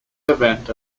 event